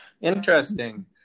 interesting